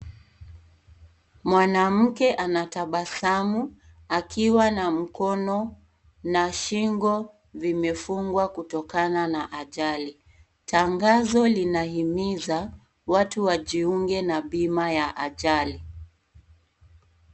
Mwanamke anatabasamu, akiwa na mkono, na shingo, vimefungwa kutokana na ajali. Tangazo linahimiza, watu wajiunge na bima ya ajali.